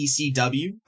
ECW